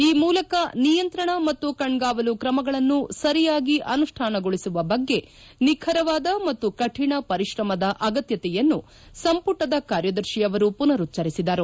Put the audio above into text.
ಈ ಮೂಲಕ ನಿಯಂತ್ರಣ ಮತ್ತು ಕಣ್ಗಾವಲು ತ್ರಮಗಳನ್ನು ಸರಿಯಾಗಿ ಅನುಷ್ಠಾನಗೊಳಿಸುವ ಬಗ್ಗೆ ನಿಖರವಾದ ಮತ್ತು ಕಠಿಣ ಪರಿಶ್ರಮದ ಅಗತ್ತತೆಯನ್ನು ಸಂಪುಟದ ಕಾರ್ಯದರ್ತಿಯವರು ಪುನರುಚ್ದರಿಸಿದರು